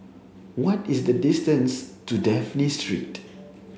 what is the distance to Dafne Street